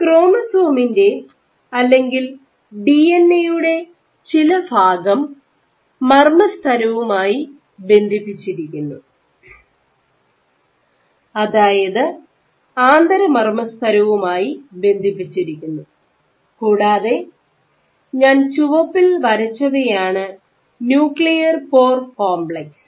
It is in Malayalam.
ക്രോമസോമിന്റെ അല്ലെങ്കിൽ ഡിഎൻഎയുടെ ചില ഭാഗം മർമ്മസ്തരവുമായി ബന്ധിപ്പിച്ചിരിക്കുന്നു അതായത് ആന്തരമർമസ്തരവുമായി ബന്ധിപ്പിച്ചിരിക്കുന്നു കൂടാതെ ഞാൻ ചുവപ്പിൽ വരച്ചവയാണ് ന്യൂക്ലിയർ പോർ കോംപ്ലക്സ്